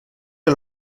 que